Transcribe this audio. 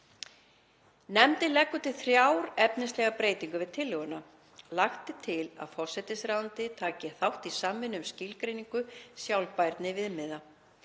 Nefndin leggur til þrjár efnislegar breytingar við tillöguna. Lagt er til að forsætisráðuneytið taki þátt í samvinnu um skilgreiningu sjálfbærniviðmiða.